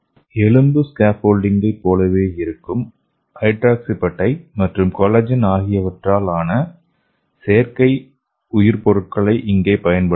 எலும்பு ஸ்கேப்போல்ட்டிங்கைப் போலவே இருக்கும் ஹைட்ராக்ஸிபடைட் மற்றும் கொலாஜன் ஆகியவற்றால் ஆன செயற்கை உயிர் பொருட்களை இங்கே பயன்படுத்தலாம்